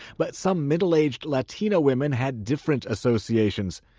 but some middle-aged latina women had different associations.